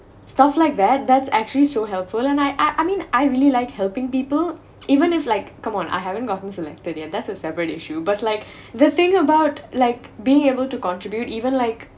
stuff like that that's actually so helpful and I I mean I really like helping people even if like come on I haven't gotten selected yet that's a separate issue but like the thing about like being able to contribute even like